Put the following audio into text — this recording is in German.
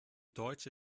deutsche